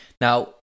Now